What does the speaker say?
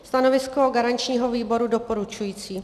Stanovisko garančního výboru: doporučující.